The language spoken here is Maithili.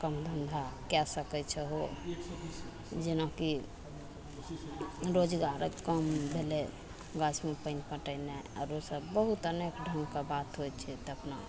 काम धन्धा कए सकय छहो जेनाकि रोजगारक काम भेलय गाछमे पानि पटेनाय आओरो सब बहुत अनेक रङ्ग् ढङ्ग के बात होइ छै तऽ अपना